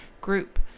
group